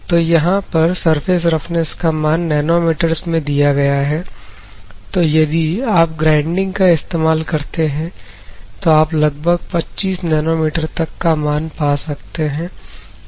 तो यहां पर सरफेस रफनेस का मान नैनोमीटर्स में दिया गया है तो यदि आप ग्राइंडिंग का इस्तेमाल करते हैं तो आप लगभग 25 नैनोमीटर तक का मान पा सकते हैं